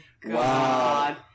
god